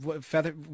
feather